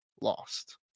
lost